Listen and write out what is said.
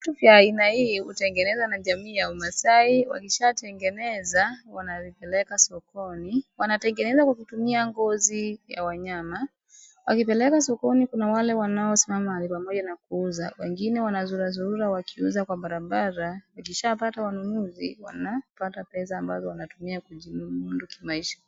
viatu ya aina hii hutengenezwa na jamii ya maasai wanatengeneza wanapeleka sokoni , wanatengeneza kwa kutumia ngozi ya wanyama wakipeleka sokoni kuna wale ambao wanasimama pahali pamoja wakiuza wengine wanazurura zurura sokoni wakiuza kwa barabara wakishapata wanunuzi wanapata pesa ambazo wanatumia kujimudu kimaisha